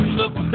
look